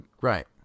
right